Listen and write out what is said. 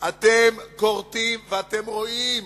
אתם רואים